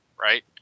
right